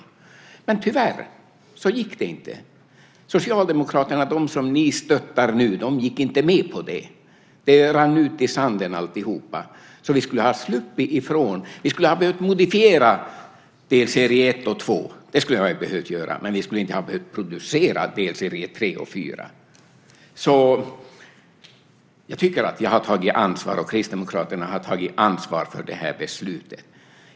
Men tyvärr gick det inte. Socialdemokraterna, de som ni stöttar nu, gick inte med på det. Det rann ut i sanden alltihop. Vi skulle ha sluppit ifrån. Vi skulle ha behövt modifiera delserie 1 och 2 - det skulle vi ha behövt göra - men vi skulle inte ha behövt producera delserie 3 och 4. Jag tycker att jag och Kristdemokraterna har tagit ansvar för det här beslutet.